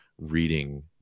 reading